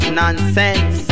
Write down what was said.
nonsense